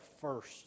first